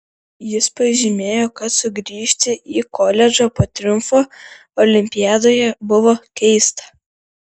jis pažymėjo kad sugrįžti į koledžą po triumfo olimpiadoje buvo keista